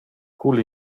cul